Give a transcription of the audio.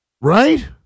right